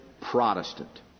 Protestant